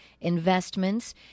investments